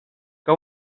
que